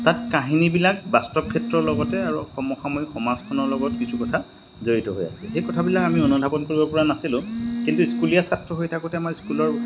তাত কাহিনীবিলাক বাস্তৱ ক্ষেত্ৰৰ লগতে আৰু সমসাময়িক সমাজখনৰ লগত কিছু কথা জড়িত হৈ আছে এই কথাবিলাক আমি অনুধাৱন কৰিব পৰা নাছিলোঁ কিন্তু স্কুলীয়া ছাত্ৰ হৈ থাকোঁতে আমাৰ স্কুলৰ